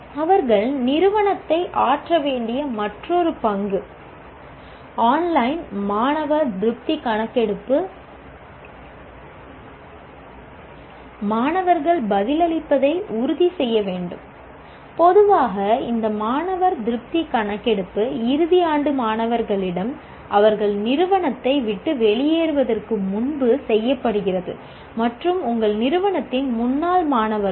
அவர்கள் நிறுவனத்தை ஆற்ற வேண்டிய மற்றொரு பங்கு ஆன்லைன் மாணவர் திருப்தி கணக்கெடுப்புக்கு மாணவர்கள் பதிலளிப்பதை உறுதி செய்ய வேண்டும் பொதுவாக இந்த மாணவர் திருப்தி கணக்கெடுப்பு இறுதி ஆண்டு மாணவர்களிடம் அவர்கள் நிறுவனத்தை விட்டு வெளியேறுவதற்கு முன்பு செய்யப்படுகிறது மற்றும் உங்கள் நிறுவனத்தின் முன்னாள் மாணவர்கள்